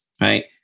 right